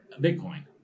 Bitcoin